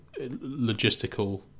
logistical